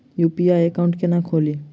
UPI account केना खोलि?